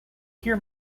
hear